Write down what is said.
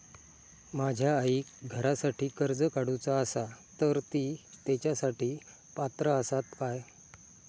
माझ्या आईक घरासाठी कर्ज काढूचा असा तर ती तेच्यासाठी पात्र असात काय?